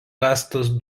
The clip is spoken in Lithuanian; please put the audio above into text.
rastas